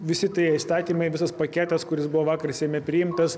visi tie įstatymai visas paketas kuris buvo vakar seime priimtas